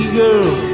girl